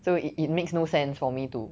so it it makes no sense for me to